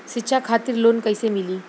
शिक्षा खातिर लोन कैसे मिली?